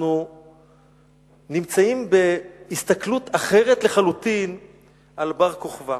אנחנו נמצאים בהסתכלות אחרת לחלוטין על בר-כוכבא.